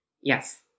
Yes